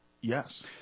Yes